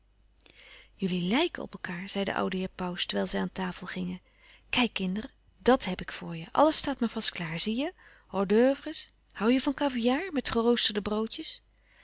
jullie lijken op elkaâr zei de oude heer pauws terwijl zij aan tafel gingen kijk kinderen dàt heb ik voor je alles staat maar vast klaar zie je hors d oeuvres hoû je van kaviaar met geroosterde broodjes